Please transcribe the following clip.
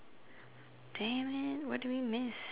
dammit what do we miss